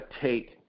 take